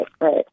right